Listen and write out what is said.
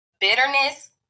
bitterness